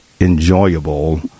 enjoyable